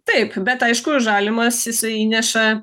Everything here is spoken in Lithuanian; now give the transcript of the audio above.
taip bet aišku žalimas jisai įneša